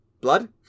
blood